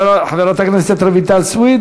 חברת הכנסת רויטל סויד